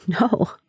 No